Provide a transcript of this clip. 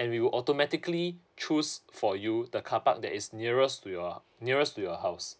and we will automatically choose for you the carpark that is nearest to your nearest to your house